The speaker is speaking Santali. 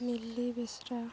ᱢᱤᱞᱞᱤ ᱵᱮᱥᱨᱟ